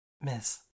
Miss